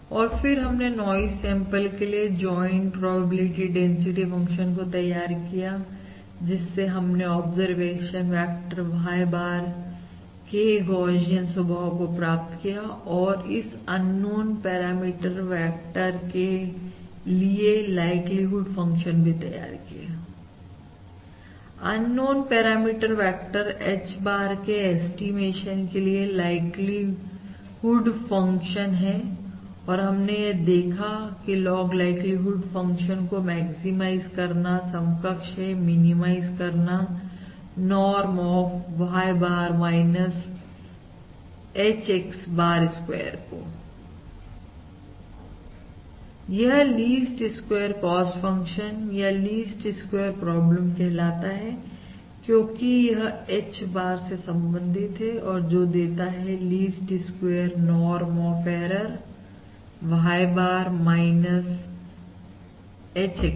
और फिर हमने नाइज सैंपल के लिए ज्वाइंट प्रोबेबिलिटी डेंसिटी फंक्शन को तैयार किया जिससे हमने ऑब्जरवेशन वेक्टर Y bar के गौशियन स्वभाव को प्राप्त किया और इस अननोन पैरामीटर वेक्टर के लिए लाइक्लीहुड फंक्शन भी तैयार किया unknown parameter vector H bar के ऐस्टीमेशन के लिए लाइक्लीहुड फंक्शन है और हमने यह भी देखा कि लॉग लाइक्लीहुड फंक्शन को मैक्सिमाइज करना समकक्ष है मिनिमाइज करना norm of Y bar H X bar square को यह लीस्ट स्क्वायर कॉस्ट फंक्शन या लीस्ट स्क्वेयर प्रॉब्लम कहलाता है क्योंकि यह H bar से संबंधित है और जो देता है least square norm of error Y bar HX bar